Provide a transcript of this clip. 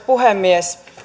puhemies